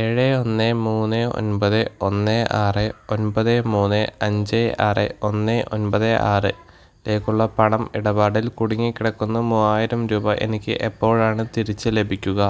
ഏഴ് ഒന്ന് മൂന്ന് ഒൻപത് ഒന്ന് ആറ് ഒൻപത് മൂന്ന് അഞ്ച് ആറ് ഒന്ന് ഒൻപത് ആറിലേക്കുള്ള പണം ഇടപാടിൽ കുടുങ്ങിക്കിടക്കുന്ന മൂവായിരം രൂപ എനിക്ക് എപ്പോഴാണ് തിരിച്ച് ലഭിക്കുക